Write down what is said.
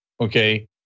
Okay